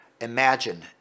Imagine